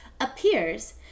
appears